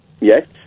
Yes